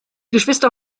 geschwister